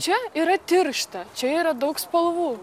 čia yra tiršta čia yra daug spalvų